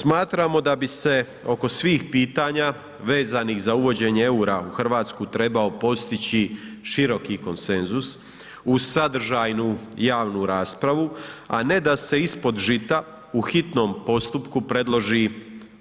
Smatramo da bi se oko svih pitanja vezanih za uvođenje eura u Hrvatsku trebao postići široki konsenzusu uz sadržajnu javnu raspravu a ne da se ispod žita u hitnom postupku predloži